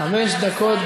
חמש דקות,